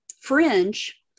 fringe